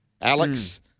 Alex